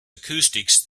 acoustics